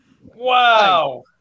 Wow